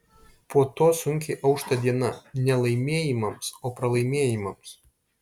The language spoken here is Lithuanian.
po to sunkiai aušta diena ne laimėjimams o pralaimėjimams